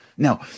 Now